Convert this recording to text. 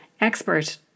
expert